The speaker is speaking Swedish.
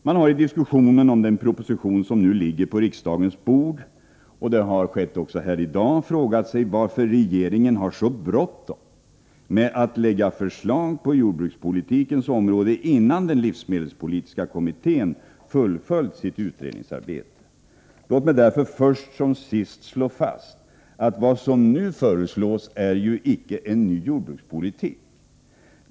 Man har i diskussionen om den proposition som nu ligger på riksdagens bord och även här i dag frågat sig varför regeringen har så bråttom med att lägga fram förslag på jordbrukspolitikens område, innan den livsmedelspolitiska kommittén fullföljt sitt utredningsarbete. Låt mig därför först som sist slå fast, att vad som nu föreslås icke är en ny jordbrukspolitik.